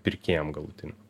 pirkėjam galutiniam